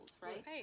right